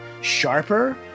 sharper